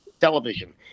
television